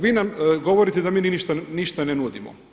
Vi nam govorite da mi ništa ne nudimo.